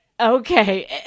Okay